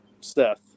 Steph